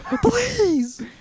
please